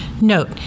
Note